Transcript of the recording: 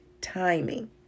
timing